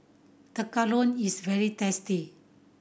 tekkadon is very tasty